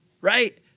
right